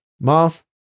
Miles